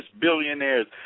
billionaires